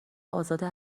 ازاده